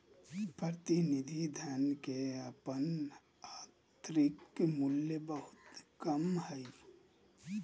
प्रतिनिधि धन के अपन आंतरिक मूल्य बहुत कम हइ